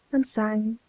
and sang,